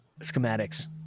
schematics